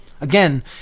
Again